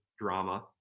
drama